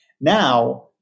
Now